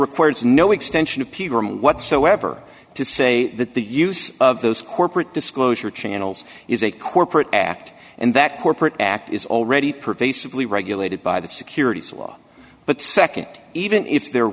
requires no extension of whatsoever to say that the use of those corporate disclosure channels is a corporate act and that corporate act is already pervasively regulated by the securities law but nd even if there